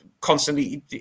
constantly